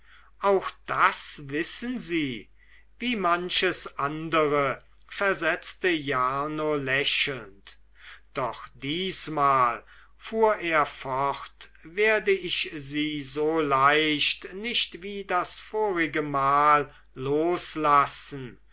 auch das wissen sie wie manches andere versetzte jarno lächelnd doch diesmal fuhr er fort werde ich sie so leicht nicht wie das vorige mal loslassen